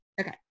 Okay